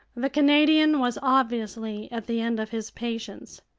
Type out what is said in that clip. the canadian was obviously at the end of his patience.